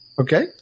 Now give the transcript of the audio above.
Okay